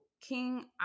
King